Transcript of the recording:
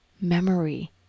memory